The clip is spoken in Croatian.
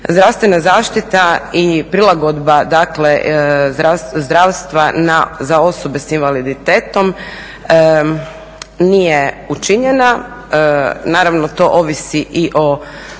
Zdravstvena zaštita i prilagodba dakle zdravstva za osobe sa invaliditetom nije učinjena. Naravno to ovisi i o